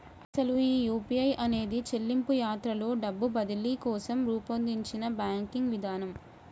అసలు ఈ యూ.పీ.ఐ అనేది చెల్లింపు యాత్రలో డబ్బు బదిలీ కోసం రూపొందించిన బ్యాంకింగ్ విధానం